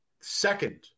second